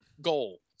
goal